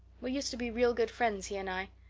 we used to be real good friends, he and i.